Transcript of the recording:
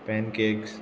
pan cakes